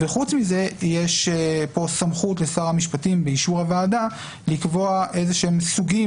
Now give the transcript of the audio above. וחוץ מזה יש פה סמכות לשר המשפטים באישור הוועדה לקבוע סוגים